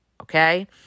Okay